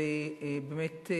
ובאמת,